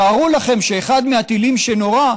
תארו לכם שאחד מהטילים שנורה,